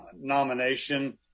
nomination